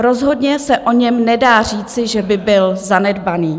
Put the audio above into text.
Rozhodně se o něm nedá říci, že by byl zanedbaný.